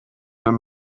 wenn